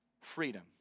freedom